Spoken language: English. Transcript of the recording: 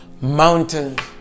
mountains